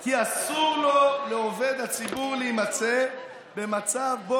כי אסור לו לעובד הציבור להימצא במצב בו